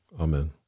Amen